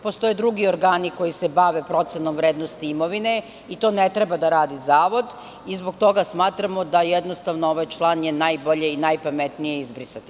Postoje drugi organi koji se bave procenom vrednosti imovine, to ne treba da radi zavod i zbog toga smatramo da je jednostavno ovaj član najbolje i najpametnije izbrisati.